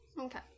Okay